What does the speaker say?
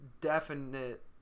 definite